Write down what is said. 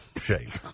shake